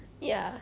ya